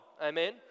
amen